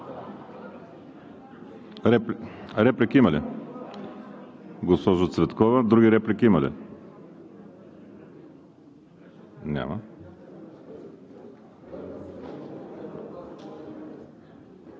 Реплики има ли? Госпожо Цветкова. Други реплики има ли? Няма.